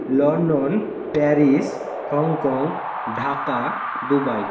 London Paris Hong Kong Dhaka Dubai